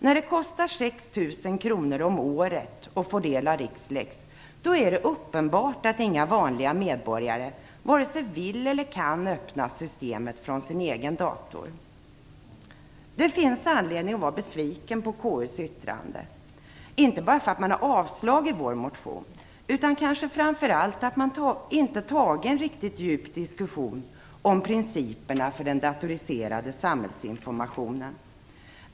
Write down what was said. När det kostar 6 000 kr om året att få del av Rixlex är det uppenbart att inga vanliga medborgare vare sig vill eller kan öppna systemet från sin egen dator. Det finns anledning att vara besviken på KU:s yttrande. Det är inte bara för att man har avstyrkt vår motion, utan kanske framför allt för att man inte har tagit en riktigt djup diskussion om principerna för den datoriserade samhällsinformationen.